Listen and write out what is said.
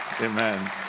amen